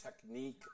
technique